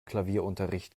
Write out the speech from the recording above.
klavierunterricht